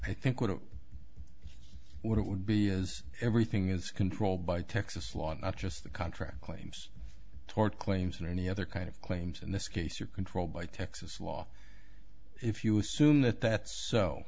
think what it would be is everything is controlled by texas law and not just the contract claims tort claims and any other kind of claims in this case are controlled by texas law if you assume that that's so